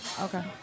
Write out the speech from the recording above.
Okay